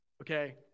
Okay